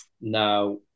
Now